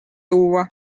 tuua